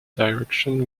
direction